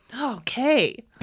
Okay